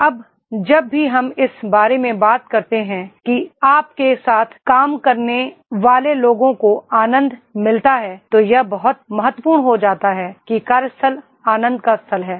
अब जब भी हम इस बारे में बात करते हैं कि आप के साथ काम करने वाले लोगों को आनंद मिलता है तो यह बहुत महत्वपूर्ण हो जाता है कि कार्यस्थल आनंद का स्थल है